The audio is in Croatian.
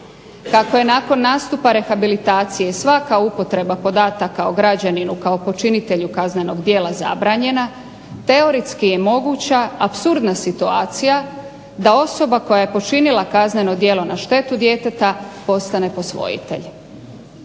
Kako je nakon nastupa rehabilitacije svaka upotreba podataka o građaninu kao počinitelju kaznenog djela zabranjena, teoretski je moguća apsurdna situacija da osoba koja je počinila kazneno djelo na štetu djeteta postane posvojitelj.